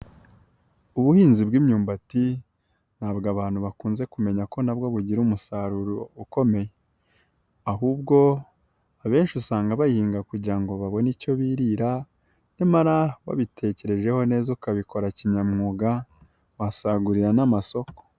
Ubuhinzi bw'imyumbati ntabwo abantu bakunze kumenya ko nabwo bugira umusaruro ukomeye, ahubwo abenshi usanga bayinhinga kugira ngo babone icyo biririra nyamara wabitekerejeho neza ukabikora kinyamwuga wasagurira n'amasoko.